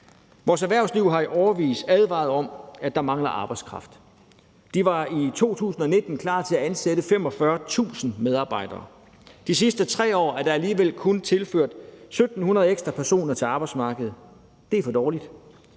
Vores erhvervsliv har i årevis advaret om, at der mangler arbejdskraft. De var i 2019 klar til at ansætte 45.000 medarbejdere. De sidste 3 år er der alligevel kun tilført 1.700 ekstra personer til arbejdsmarkedet. Det er for dårligt.